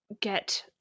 get